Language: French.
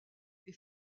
est